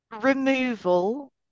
removal